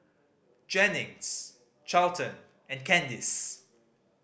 Jennings Charlton and Candyce